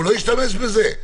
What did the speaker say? הוא לא ישתמש בזה?